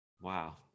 wow